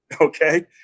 Okay